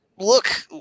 Look